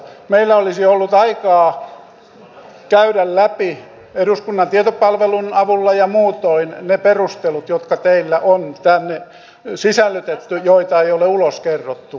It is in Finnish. meillä olisi ollut aikaa käydä läpi eduskunnan tietopalvelun avulla ja muutoin ne perustelut jotka teillä on tänne sisällytetty joita ei ole ulos kerrottu